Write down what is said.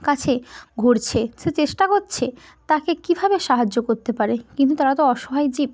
কাছে ঘুরছে সে চেষ্টা করছে তাকে কীভাবে সাহায্য করতে পারে কিন্তু তারা তো অসহায় জীব